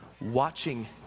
watching